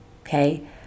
Okay